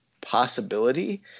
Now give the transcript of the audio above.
possibility